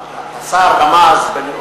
אגיד לך למה: השר רמז בנאומו,